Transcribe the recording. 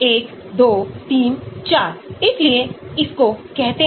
तो beta halo की इस एड्रेनर्जिक अवरुद्ध गतिविधि को देखें